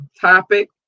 topic